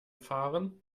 fahren